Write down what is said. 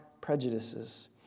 prejudices